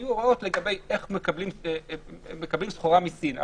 היו הוראות לגבי איך מקבלים סחורה מסין.